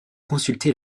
consulter